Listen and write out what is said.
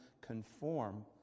conform